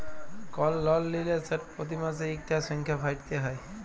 call লল লিলে সেট পতি মাসে ইকটা সংখ্যা ভ্যইরতে হ্যয়